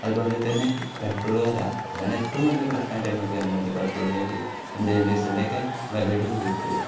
അതുപോലെ തന്നെ പെട്രോൾ വില അതാണ് ഏറ്റവും വലിയ പ്രശ്നമായിട്ട് നമുക്ക് വന്നത് പെട്രോളിൻ്റെ യും ഡീസസിലിൻ്റെ ഒക്കെ വിലയുടെ കുതിപ്പ്